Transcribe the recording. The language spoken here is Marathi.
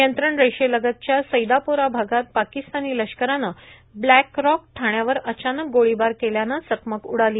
नियंत्रण रेषेलगतच्या सैदापोरा भागात पाकिस्तानी लष्करानं ब्लॅक रॉक ठाण्यावर अचानक गोळीबार केल्यानं चकमक उडाली